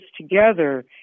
together